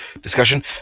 discussion